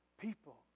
people